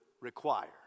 require